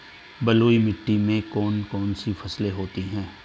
बलुई मिट्टी में कौन कौन सी फसलें होती हैं?